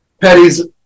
Petty's